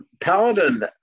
Paladin